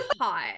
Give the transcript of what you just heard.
hot